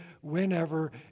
whenever